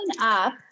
up